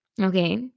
Okay